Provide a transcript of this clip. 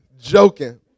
joking